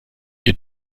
ihr